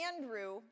andrew